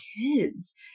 kids